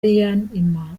lion